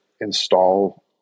install